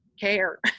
care